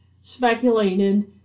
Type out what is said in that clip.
speculated